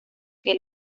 que